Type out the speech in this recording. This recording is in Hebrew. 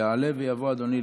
יעלה ויבוא אדוני.